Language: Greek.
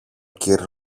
κυρ